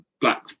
Black